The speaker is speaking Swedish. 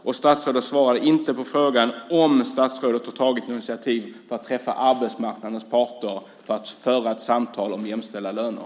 Och statsrådet svarade inte på frågan om statsrådet har tagit några initiativ för att träffa arbetsmarknadens parter för att föra ett samtal om jämställda löner.